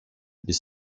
les